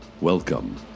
Welcome